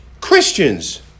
Christians